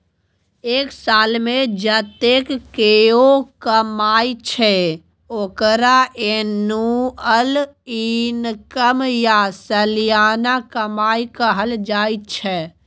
एक सालमे जतेक केओ कमाइ छै ओकरा एनुअल इनकम या सलियाना कमाई कहल जाइ छै